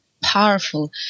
powerful